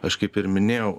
aš kaip ir minėjau